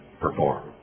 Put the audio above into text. perform